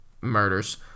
murders